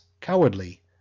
cowardly